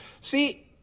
See